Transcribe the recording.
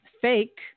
fake